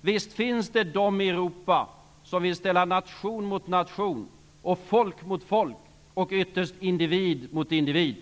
Visst finns det de i Europa som vill ställa nation mot nation och folk mot folk och ytterst individ mot individ.